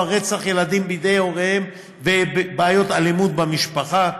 רצח ילדים בידי הוריהם ובעיות אלימות במשפחה.